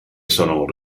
sono